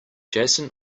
jason